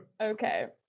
Okay